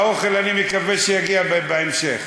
האוכל, אני מקווה שיגיע בהמשך.